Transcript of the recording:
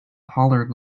hollered